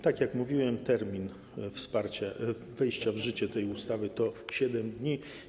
Tak jak mówiłem, termin wejścia w życie tej ustawy to 7 dni.